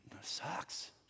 sucks